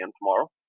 tomorrow